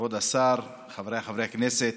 כבוד השר, חבריי חברי הכנסת,